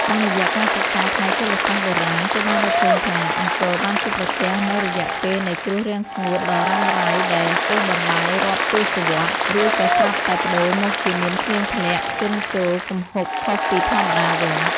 តាមរយៈការសិក្សាផ្នែកជលសាស្ត្របុរាណ គេបានរកឃើញថា អង្គរបានជួបប្រទះនូវរយៈពេលនៃគ្រោះរាំងស្ងួតដ៏រ៉ាំរ៉ៃដែលអូសបន្លាយរាប់ទសវត្សរ៍ រួចក៏ស្រាប់តែប្ដូរមកជាមានភ្លៀងធ្លាក់ជន់ជោរគំហុកខុសពីធម្មតាវិញ។